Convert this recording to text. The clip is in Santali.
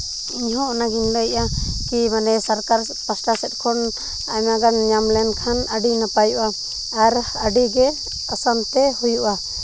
ᱤᱧ ᱦᱚᱸ ᱚᱱᱟᱤᱧ ᱞᱟᱹᱭ ᱮᱜᱼᱟ ᱠᱤ ᱥᱚᱨᱠᱟᱨ ᱯᱟᱥᱴᱟ ᱥᱮᱫ ᱠᱷᱚᱱ ᱟᱭᱢᱟᱜᱟᱱ ᱧᱟᱢ ᱞᱮᱱᱠᱷᱟᱱ ᱟᱹᱰᱤ ᱱᱟᱯᱟᱭᱚᱜᱼᱟ ᱟᱨ ᱟᱹᱰᱤᱜᱮ ᱟᱥᱟᱱ ᱛᱮ ᱦᱩᱭᱩᱜᱼᱟ